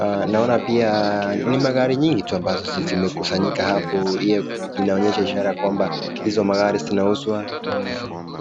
Naona pia ni magari nyingi tu ambazo zimekusanyika hapo inaonyesha ishara ya kwamba hizo magari zinauzwa.